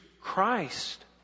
Christ